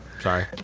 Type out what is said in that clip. Sorry